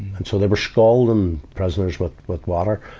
and so they were scalding prisoners with, with water.